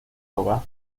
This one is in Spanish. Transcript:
hogar